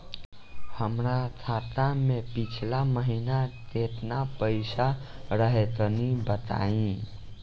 हमरा खाता मे पिछला महीना केतना पईसा रहे तनि बताई?